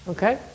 Okay